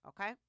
okay